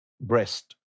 breast